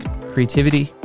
creativity